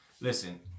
listen